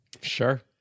Sure